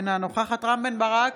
אינה נוכחת רם בן ברק,